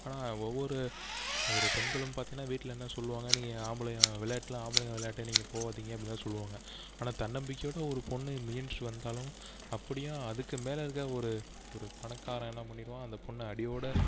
ஆனால் ஒவ்வொரு ஒரு பெண்களும் பார்த்தீங்கன்னா வீட்டில் என்ன சொல்லுவாங்க நீங்கள் ஆம்பிளையா விளையாட்டுலாம் ஆம்பிளைங்க விளையாட்டு நீங்கள் போகாதீங்க அப்படி தான் சொல்லுவாங்க ஆனால் தன்னம்பிக்கையோடு ஒரு பொண்ணு முயன்று வந்தாலும் அப்படியும் அதுக்கு மேல் இருக்கற ஒரு ஒரு பணக்காரன் என்ன பண்ணிவிடுவான் அந்த பொண்ணை அடியோடு